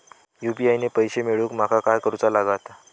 UPI ने पैशे मिळवूक माका काय करूचा लागात?